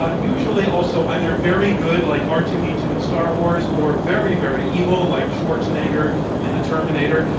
ah usually also either very good like r two d two in star wars or very, very evil like schwarzenegger in the terminator,